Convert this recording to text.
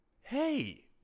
Hey